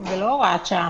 זה לא הוראת שעה.